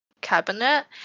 cabinet